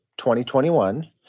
2021